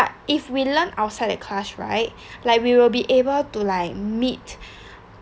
but if we learn outside the class right like we will be able to like meet